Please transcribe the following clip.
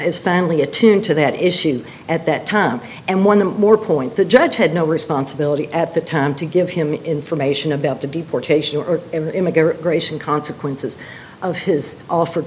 as family attuned to that issue at that time and one more point the judge had no responsibility at the time to give him information about the deportation or immigration consequences of his offer